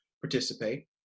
participate